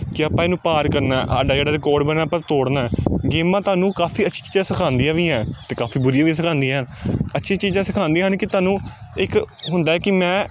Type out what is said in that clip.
ਕਿ ਆਪਾਂ ਇਹਨੂੰ ਪਾਰ ਕਰਨਾ ਸਾਡਾ ਜਿਹੜਾ ਰਿਕੋਰਡ ਬਣਿਆ ਆਪਾਂ ਤੋੜਨਾ ਗੇਮਾਂ ਤੁਹਾਨੂੰ ਕਾਫੀ ਅੱਛੀ ਚੀਜ਼ਾਂ ਸਿਖਾਉਂਦੀਆਂ ਵੀ ਹੈ ਅਤੇ ਕਾਫੀ ਬੁਰੀਆਂ ਵੀ ਸਿਖਾਉਂਦੀਆਂ ਅੱਛੀ ਚੀਜ਼ਾਂ ਸਿਖਾਉਂਦੀਆਂ ਹਨ ਕਿ ਤੁਹਾਨੂੰ ਇੱਕ ਹੁੰਦਾ ਕਿ ਮੈਂ